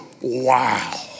wow